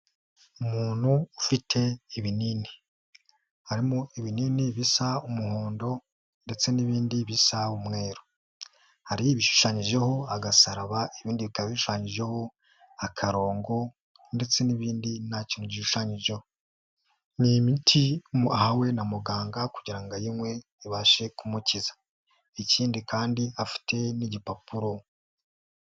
Umuntu ufite ibinini. Harimo ibinini bisa umuhondo ndetse n'ibindi bisa umweru. Hari ibishushanyijeho agasaraba, ibindi bikaba bishanyijeho akarongo, ndetse n'ibindi nta kintu gishushanyijeho. Ni imiti ahawe na muganga kugira ngo ayinywe ibashe kumukiza, ikindi kandi afite n'igipapuro.